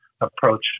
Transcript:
approach